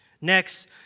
Next